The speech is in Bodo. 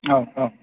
औ औ